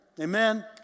amen